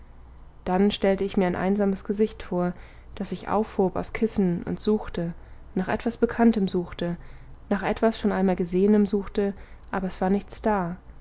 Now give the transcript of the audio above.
dann stellte ich mir ein einsames gesicht vor das sich aufhob aus kissen und suchte nach etwas bekanntem suchte nach etwas schon einmal gesehenem suchte aber es war nichts da